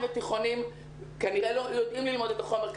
ותיכונים כנראה יודעים ללמוד את החומר,